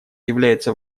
является